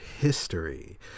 history